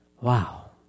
Wow